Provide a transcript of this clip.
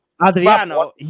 Adriano